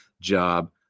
job